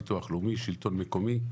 ביטוח לאומי והשלטון המקומי.